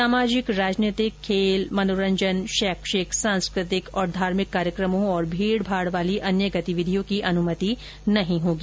सामाजिक राजनीतिक खेल मनोरंजन शैक्षिक सांस्कृतिक और धार्मिक कार्यकमों और भीड़भाड़ वाली अन्य गतिविधियों की अनुमति नहीं होगी